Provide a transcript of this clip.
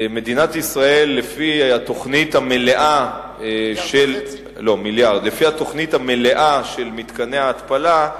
מדינת ישראל, לפי התוכנית המלאה של מתקני ההתפלה,